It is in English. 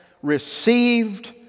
received